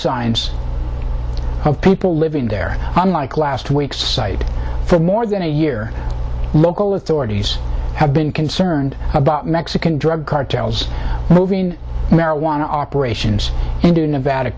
signs of people living there unlike last week's site for more than a year local authorities have been concerned about mexican drug cartels moving marijuana operations into nevada